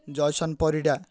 Jaison Parida